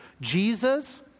Jesus